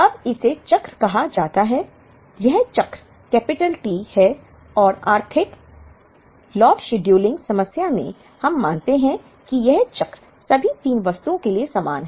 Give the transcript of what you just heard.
अब इसे चक्र कहा जाता है यह चक्र कैपिटल T है और आर्थिक लॉट शेड्यूलिंग समस्या में हम मानते हैं कि यह चक्र सभी 3 वस्तुओं के लिए समान है